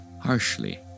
harshly